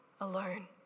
Alone